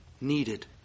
needed